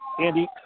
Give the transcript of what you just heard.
Andy